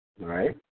right